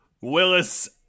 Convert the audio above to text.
Willis